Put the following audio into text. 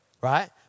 right